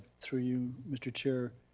through you mr. chair,